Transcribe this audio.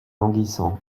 languissant